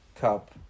Cup